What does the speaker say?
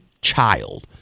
child